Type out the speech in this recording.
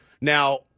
Now